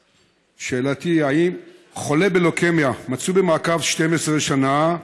שאלתי: חולה בלוקמיה מצוי במעקב 12 שנה.